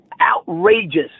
Outrageous